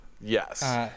Yes